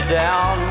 down